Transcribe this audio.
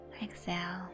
exhale